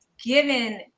given